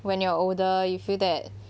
when you're older you feel that